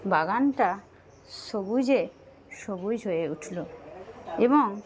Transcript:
বাগানটা সবুজে সবুজ হয়ে উঠল এবং